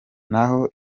naho